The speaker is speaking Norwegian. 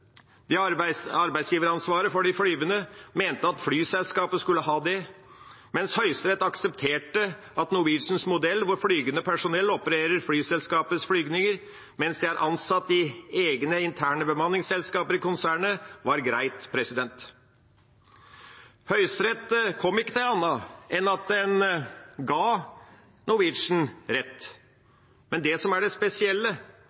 flyselskapet skulle ha, mens Høyesterett aksepterte at Norwegians modell, hvor flygende personell opererer flyselskapets flygninger mens de er ansatt i egne, interne bemanningsselskaper i konsernet, var greit. Høyesterett kom ikke til annet enn at de ga Norwegian